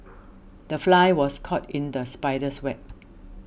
the fly was caught in the spider's web